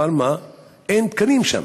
אבל אין תקנים שם,